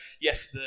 Yes